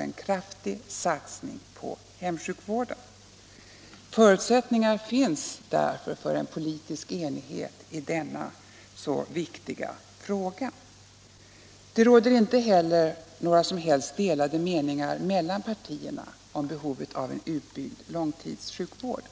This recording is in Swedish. en kraftig satsning på hemsjukvården. Förutsättningar finns därmed för politisk enighet i denna för patienterna så viktiga fråga. Det råder inte heller några delade meningar mellan partierna om behovet av en utbyggd långtidssjukvård.